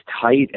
tight